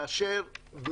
לאשר.